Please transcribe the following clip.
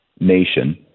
nation